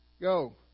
go